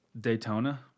Daytona